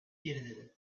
geriledi